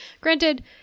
Granted